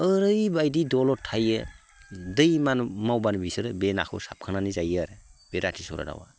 ओरैबायदि दलद थायो दै मावबानो बिसोरो बे नाखौ साबखांनानै जायो आरो बे रातिसरा दाउआ